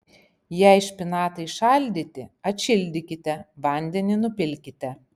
jei špinatai šaldyti atšildykite vandenį nupilkite